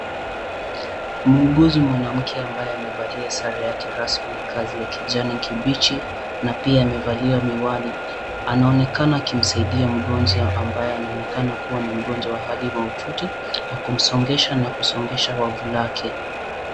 Muuguzi mwanamke ambaye amevalia sare ya kirasmi ya kazi ya kijani kibichi na pia amevalia miwani ,anaonekana akiamsaidia mgonjwa ambaye anaonekana kuwa ni mgonjwa wa hali maututi ,kwa kumsongesha na kusongesha wofu lake.